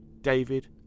David